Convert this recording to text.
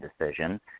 decision